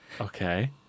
Okay